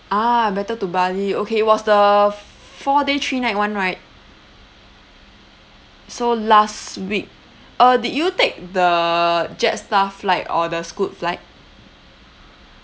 ah better to bali okay was the four day three night one right so last week uh did you take the jetstar flight or the scoot flight